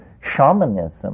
shamanism